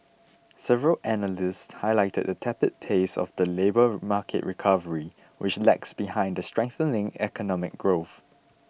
several analysts highlighted the tepid pace of the labour market recovery which lags behind the strengthening economic growth